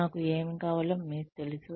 నాకు ఏమీ కావాలో మీకు తెలుసు